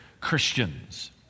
Christians